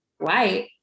white